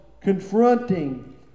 confronting